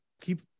keep